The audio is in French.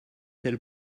telle